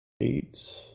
eight